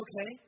okay